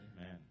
Amen